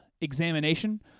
examination